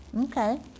Okay